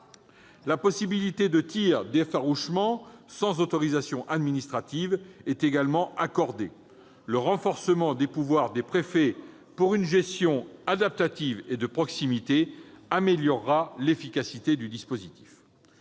de procéder à des tirs d'effarouchement sans autorisation administrative est également accordée. Le renforcement des pouvoirs des préfets pour une gestion adaptative et de proximité améliorera l'efficacité de ce dispositif.